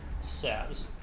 says